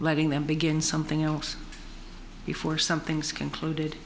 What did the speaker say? letting them begin something else before something's concluded